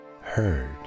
heard